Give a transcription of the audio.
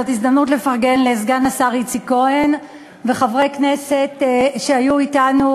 זו הזדמנות לפרגן לסגן השר איציק כהן ולחברי כנסת שהיו אתנו